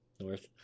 North